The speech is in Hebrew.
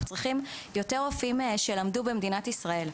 צריכים יותר רופאים שלמדו במדינת ישראל.